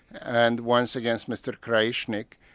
and once against mr krajisnik.